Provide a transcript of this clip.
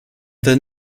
then